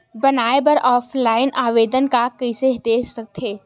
बनाये बर ऑफलाइन आवेदन का कइसे दे थे?